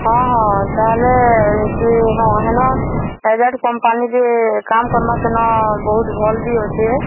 ହଁ ହଁ ତାହେଲେ ସେ ହଁ ହେନ ଏଜାର୍ଟ କମ୍ପାନୀରେ କାମ୍ କର୍ମା ସେନ ବହୁତ୍ ଭଲ୍ ବି ଅଛେ